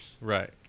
Right